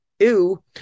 Ew